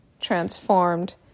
transformed